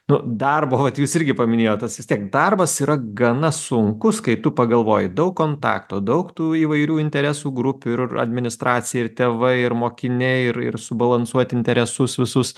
nu darbo vat jūs irgi paminėjot tas vis tiek darbas yra gana sunkus kai tu pagalvoji daug kontaktų daug tų įvairių interesų grupių ir administracija ir tėvai ir mokiniai ir ir subalansuot interesus visus